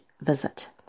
Visit